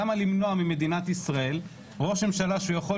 למה למנוע ממדינת ישראל ראש ממשלה שיכול